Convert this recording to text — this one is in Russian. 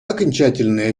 окончательный